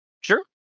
Sure